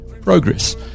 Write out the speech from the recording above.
progress